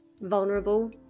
vulnerable